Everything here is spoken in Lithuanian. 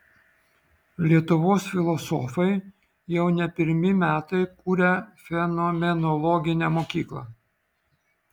lietuvos filosofai jau ne pirmi metai kuria fenomenologinę mokyklą